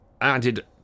added